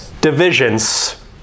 divisions